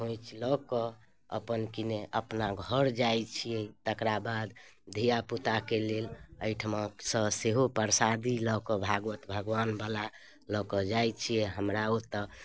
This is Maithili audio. खोँइछ लऽ कऽ अपन कि ने अपना घर जाइ छिए तकरा बाद धिआपुताके लेल एहिठामसँ सेहो परसादी लऽ कऽ भागवत भगवानवला लऽ कऽ जाइ छिए हमरा ओतऽ